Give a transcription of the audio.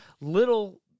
little